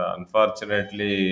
Unfortunately